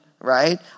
right